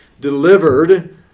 delivered